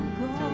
go